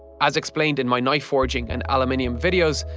as explained in my knife forging and aluminium videos,